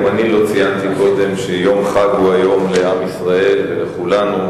גם אני לא ציינתי קודם שיום חג הוא היום לעם ישראל ולכולנו,